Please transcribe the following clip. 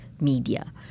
media